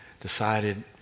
decided